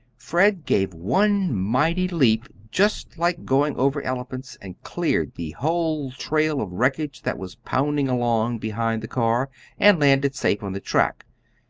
fred gave one mighty leap, just like going over elephants, and cleared the whole trail of wreckage that was pounding along behind the car and landed safe on the track.